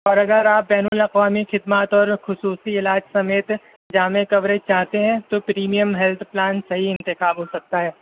اور اگر آپ بین الاقوامی خدمات اور خصوصی علاج سمیت جامع کوریج چاہتے ہیں تو پریمیم ہیلتھ پلان صحیح انتخاب ہو سکتا ہے